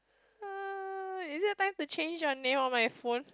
!ah! is it time to change your name on my phone